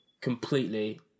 completely